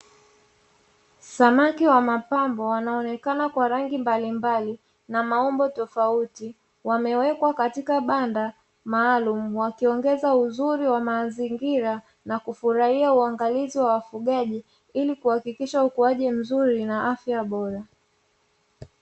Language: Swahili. Samaki wa mapambo wanaonekana kwa rangi mbalimbali na maumbo tofauti wamewekwa katika banda maalumu wakiongeza uzuri wa mazingira na kufurahia uangalizi wa wafugaji ili kuhakikisha ukuaji mzuri na afya bora.